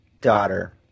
daughter